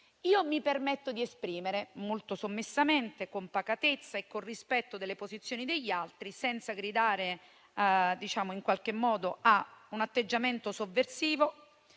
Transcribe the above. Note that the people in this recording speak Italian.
Mi permetto di esprimermi molto sommessamente, con pacatezza e con rispetto delle posizioni degli altri, senza gridare in qualche modo a un atteggiamento sovversivo.